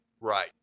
Right